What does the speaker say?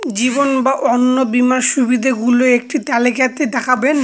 জীবন বা অন্ন বীমার সুবিধে গুলো একটি তালিকা তে দেখাবেন?